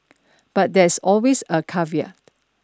but there's always a caveat